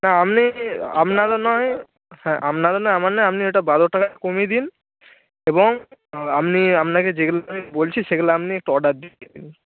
না আপনি আপনারও নয় হ্যাঁ আপনারও নয় আমারও নয় আপনি ওটা বারো টাকা কমিয়ে দিন এবং আপনি আপনাকে যেগুলো আমি বলছি সেগুলো আপনি একটু অর্ডার দিন